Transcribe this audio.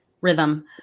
Rhythm